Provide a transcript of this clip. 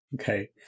Okay